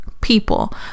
people